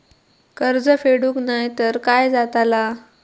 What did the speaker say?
कर्ज फेडूक नाय तर काय जाताला?